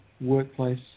workplace